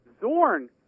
Zorn